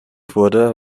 wurde